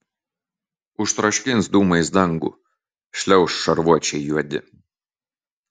užtroškins dūmais dangų šliauš šarvuočiai juodi